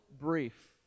brief